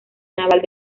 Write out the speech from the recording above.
naval